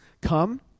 come